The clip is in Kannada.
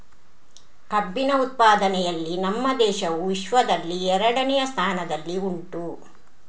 ಕಬ್ಬಿನ ಉತ್ಪಾದನೆಯಲ್ಲಿ ನಮ್ಮ ದೇಶವು ವಿಶ್ವದಲ್ಲಿ ಎರಡನೆಯ ಸ್ಥಾನದಲ್ಲಿ ಉಂಟು